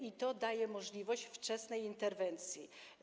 i to daje możliwość wczesnej interwencji.